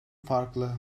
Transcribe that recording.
farklı